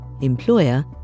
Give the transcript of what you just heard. employer